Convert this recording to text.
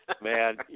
Man